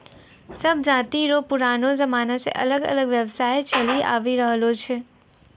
सब जाति रो पुरानो जमाना से अलग अलग व्यवसाय चलि आवि रहलो छै